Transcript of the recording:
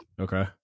Okay